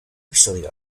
episodio